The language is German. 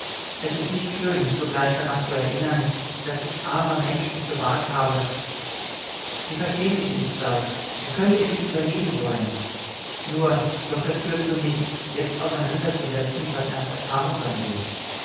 es ist nicht schön mich sogleich daran zu erinnern daß ich armer mensch es gewagt habe sie verstehen mich nicht sal wie könnt ich mich überheben wollen nur doch das führt zu nichts jetzt auseinanderzusetzen was erst erfahren sein will